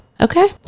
Okay